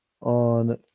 on